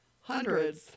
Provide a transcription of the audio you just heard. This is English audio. Hundreds